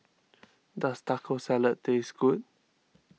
does Taco Salad taste good